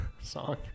song